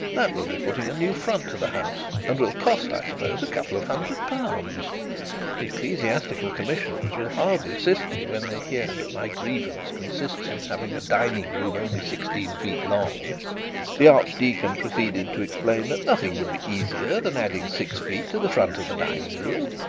that will be putting a new front to the house, and will cost, i suppose, a couple of hundred pounds. the ecclesiastical commissioners will hardly assist me when they hear that my grievance consists in having a dining-room only sixteen feet long the archdeacon proceeded to explain that nothing would be easier than adding six feet to the front of the dining-room,